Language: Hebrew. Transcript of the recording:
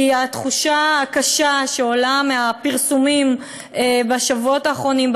התחושה הקשה שעולה מהפרסומים בשבועות האחרונים,